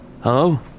Hello